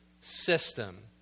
system